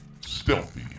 Stealthy